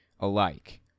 alike